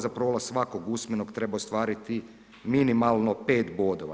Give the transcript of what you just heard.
Za prolaz svakog usmenog treba ostvariti minimalno 5 bodova.